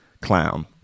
clown